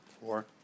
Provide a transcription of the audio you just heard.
four